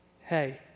hey